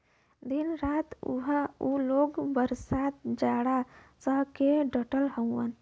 दिन रात उहां उ लोग बरसात जाड़ा सह के डटल हउवन